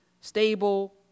stable